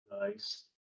Nice